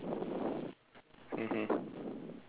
mmhmm